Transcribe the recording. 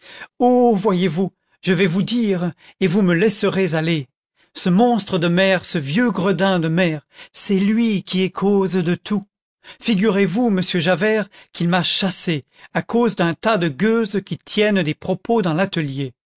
oh voyez-vous je vais vous dire et vous me laisserez aller ce monstre de maire ce vieux gredin de maire c'est lui qui est cause de tout figurez-vous monsieur javert qu'il m'a chassée à cause d'un tas de gueuses qui tiennent des propos dans l'atelier